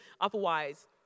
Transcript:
Otherwise